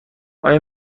آیا